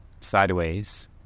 sideways